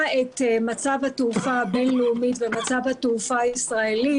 את מצב התעופה הבין לאומי ומצב התעופה הישראלי